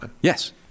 Yes